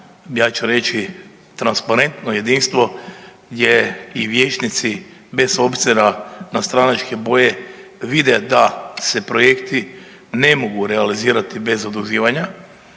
ja ću reći transparentno jedinstvo gdje i vijećnici bez obzira na stranačke boje vide da se projekti ne mogu realizirati bez zaduživanja,